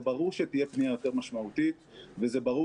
זה ברור שתהיה פנייה יותר משמעותית וזה ברור